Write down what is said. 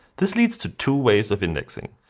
this leads to two ways of indexing.